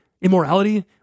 immorality